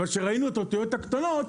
אבל כשראינו את האותיות הקטנות,